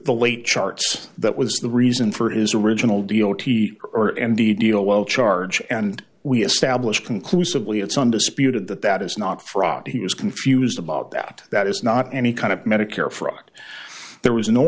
the late charts that was the reason for is original deal t or and the deal well charge and we established conclusively it's undisputed that that is not fraud he was confused about that that is not any kind of medicare fraud there was